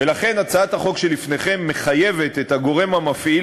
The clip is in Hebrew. ולכן הצעת החוק שלפניכם מחייבת את הגורם המפעיל,